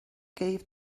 gave